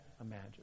imagine